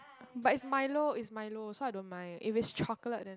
but it's Milo it's Milo so I don't mind if it's chocolate then